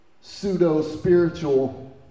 pseudo-spiritual